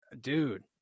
dude